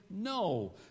No